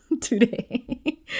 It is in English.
today